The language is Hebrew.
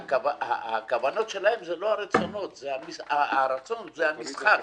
הרצון זה המשחק,